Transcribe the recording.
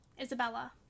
Isabella